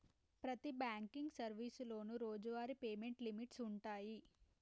ప్రతి బాంకింగ్ సర్వీసులోనూ రోజువారీ పేమెంట్ లిమిట్స్ వుంటయ్యి